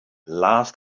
last